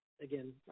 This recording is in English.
Again